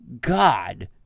God